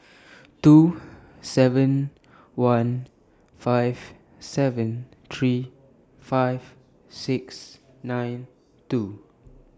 two seven one five seven three five six nine two